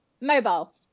mobile